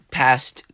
past